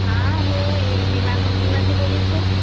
હા હું એ વીમા કંપનીમાંથી બોલું છું